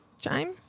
chime